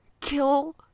kill